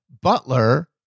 butler